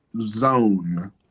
zone